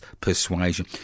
persuasion